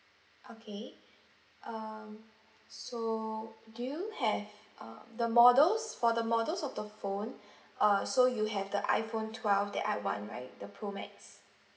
okay um so do you have uh the models for the models of the phone uh so you have the iPhone twelve that I want right the pro max